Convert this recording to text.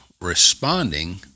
responding